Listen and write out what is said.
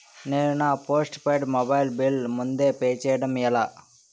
నేను నా postpaid mobile bill ముందే పే చేయడం ఎలా?